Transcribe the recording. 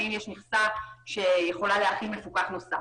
האם יש מכסה שיכולה להכיל מפוקח נוסף.